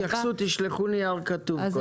התייחסות תשלחו נייר כתוב קודם כל.